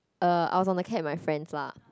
uh I was on the cab with my friends lah